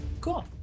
cool